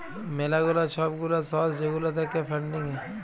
ম্যালা গুলা সব গুলা সর্স যেগুলা থাক্যে ফান্ডিং এ